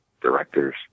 directors